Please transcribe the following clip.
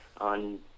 on